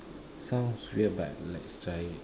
sounds weird but let's try